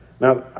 Now